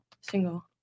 Single